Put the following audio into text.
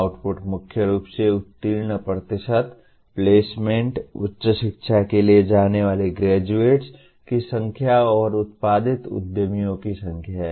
output मुख्य रूप से उत्तीर्ण प्रतिशत प्लेसमेंट उच्च शिक्षा के लिए जाने वाले ग्रेजुएट्स की संख्या और उत्पादित उद्यमियों की संख्या है